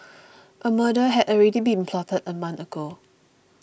a murder had already been plotted a month ago